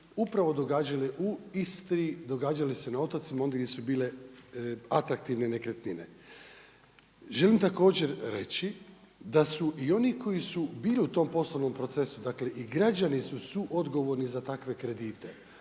upravo događale u Istri, događale su se na otocima ondje gdje su bile atraktivne nekretnine. Želim također reći da su i oni koji su bili u tom poslovnom procesu dakle i građani su suodgovorni za takve kredite,